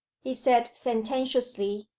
he said sententiously,